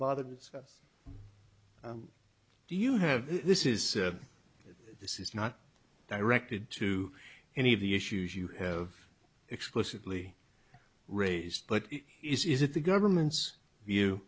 bother to discuss do you have this is this is not directed to any of the issues you have explicitly raised but it is is it the government's view